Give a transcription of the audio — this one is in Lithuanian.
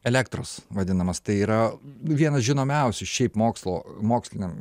elektros vadinamas tai yra vienas žinomiausių šiaip mokslo moksliniam